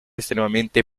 estremamente